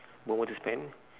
lowered his pant